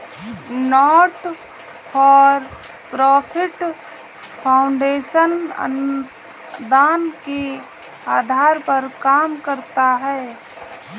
not for profit foundation अनुदान के आधार पर काम करता है